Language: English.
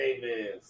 Davis